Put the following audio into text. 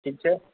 ठीक छै